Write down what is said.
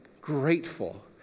grateful